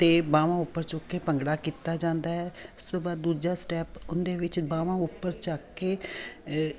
ਅਤੇ ਬਾਹਵਾਂ ਉੱਪਰ ਚੁੱਕ ਕੇ ਭੰਗੜਾ ਕੀਤਾ ਜਾਂਦਾ ਹੈ ਉਸ ਤੋਂ ਬਾਅਦ ਦੂਜਾ ਸਟੈਪ ਉਹਦੇ ਵਿੱਚ ਬਾਹਵਾਂ ਉੱਪਰ ਚੱਕ ਕੇ